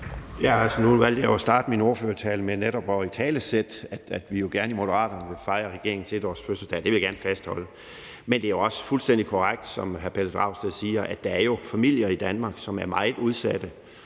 Nu valgte jeg jo at starte min ordførertale med netop at italesætte, at vi i Moderaterne jo gerne vil fejre regeringens 1-årsfødselsdag. Det vil jeg gerne fastholde. Men det er også fuldstændig korrekt, som hr. Pelle Dragsted siger, at der jo er familier i Danmark, som er meget udsat,